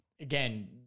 again